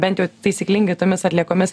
bent jau taisyklingai tomis atliekomis